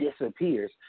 disappears